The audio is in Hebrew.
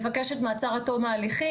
מבקשת מעצר עד תום ההליכים.